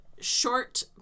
short